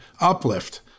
uplift